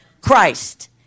Christ